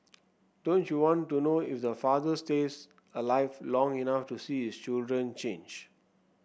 don't you want to know if the father stays alive long enough to see his children change